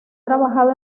trabajado